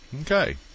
Okay